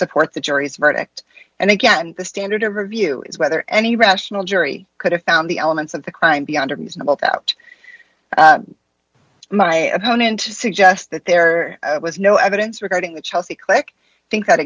support the jury's verdict and again the standard to review is whether any rational jury could have found the elements of the crime beyond a reasonable doubt my opponent to suggest that there was no evidence regarding the chelsea clinic think